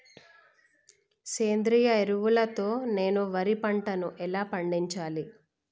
సేంద్రీయ ఎరువుల తో నేను వరి పంటను ఎలా పండించాలి?